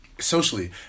Socially